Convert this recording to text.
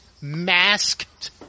Masked